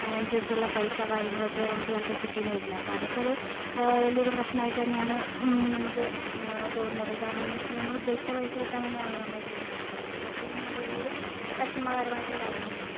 അതിനനുസരിച്ചുള്ള പൈസ കാര്യങ്ങളൊക്കെ നമുക്ക് ചിലപ്പോൾ കിട്ടിയെന്ന് വരില്ല അപ്പം അതൊക്കെ ഒരു വലിയൊരു പ്രശ്നമായിട്ട് തന്നെയാണ് നമുക്ക് തോന്നുന്നത് കാരണം എന്ന് വെച്ച് കഴിഞ്ഞാൽ നമ്മളുദ്ദേശിച്ച പൈസ കിട്ടാൻ വേണ്ടിയാണല്ലോ നമ്മളിത്രയും കഷ്ടപ്പെടുന്നത് അത് കിട്ടിയില്ലെങ്കിൽ അത് വലിയൊരു വിഷമകരമായിട്ടുള്ള കാര്യം തന്നെയാണ്